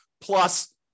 plus